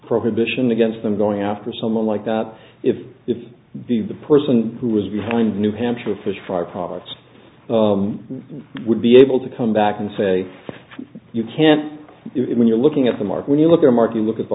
prohibition against them going after someone like that if if the person who was behind new hampshire fish fry products would be able to come back and say you can't it when you're looking at the mark when you look at mark you look at the